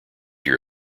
year